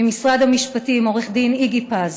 ממשרד המשפטים, עו"ד איגי פז